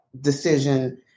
decision